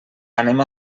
anem